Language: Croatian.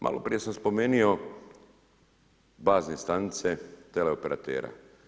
Maloprije sam spomenuo bazne stanice teleoperatera.